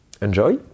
enjoy